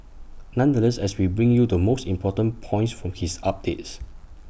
nonetheless as we bring you the most important points from his updates